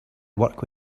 work